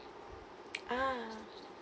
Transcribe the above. ah